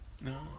No